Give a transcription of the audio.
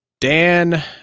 dan